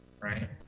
right